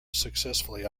successfully